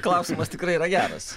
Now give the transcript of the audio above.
klausimas tikrai yra geras